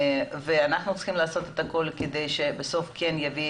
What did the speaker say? ואנחנו צריכים לעשות הכול כדי שבסוף הבשורה נביא